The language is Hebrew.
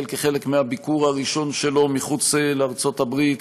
כחלק מהביקור הראשון שלו מחוץ לארצות הברית,